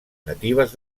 natives